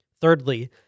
Thirdly